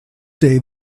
day